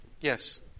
Yes